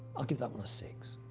i'll give that one a six.